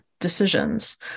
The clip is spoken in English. decisions